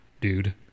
dude